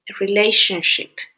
relationship